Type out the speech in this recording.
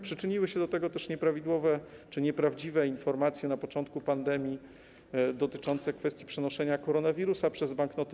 Przyczyniły się do tego też nieprawidłowe czy nieprawdziwe informacje na początku pandemii dotyczące kwestii przenoszenia koronawirusa przez banknoty.